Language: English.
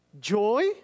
Joy